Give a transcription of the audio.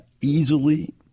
easily